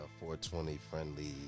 420-friendly